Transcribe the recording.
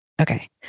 Okay